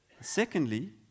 Secondly